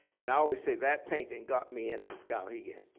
and i always say that painting got me into skowhegan.